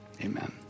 amen